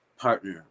partner